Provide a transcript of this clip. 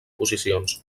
posicions